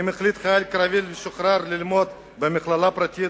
אם החליט חייל קרבי משוחרר ללמוד במכללה פרטית